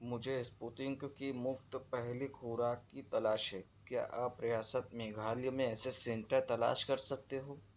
مجھے اسپوتنک کی مفت پہلی خوراک کی تلاش ہے کیا آپ ریاست میگھالیہ میں ایسے سنٹر تلاش کر سکتے ہو